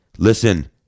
Listen